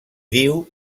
diu